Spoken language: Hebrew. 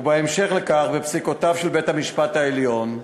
ובהמשך לכך בפסיקותיו של בית-המשפט העליון.